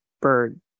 bird